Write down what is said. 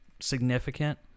significant